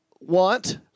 Want